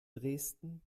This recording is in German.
dresden